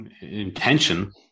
intention